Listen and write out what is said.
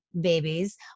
babies